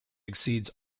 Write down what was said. exceeds